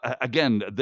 Again